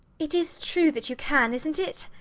it is true that you can, isnt it?